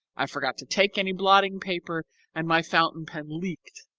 i forgot to take any blotting paper and my fountain pen leaked.